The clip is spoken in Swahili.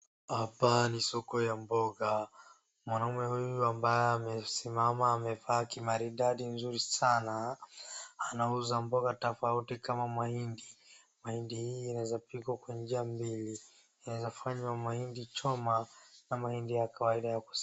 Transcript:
Hapa ni soko ya mboga mwanaume huyu ambaye amesimama amevaa kimaridadi mzuri sana anauza mboga tofauti kama mahindi. Mahindi hii inaweza kupikwa kwa njia mbili inaweza fanywa mahindi choma ama mahindi ya kawaida ya kusiaga.